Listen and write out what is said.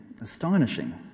astonishing